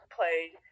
played